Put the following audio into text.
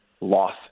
loss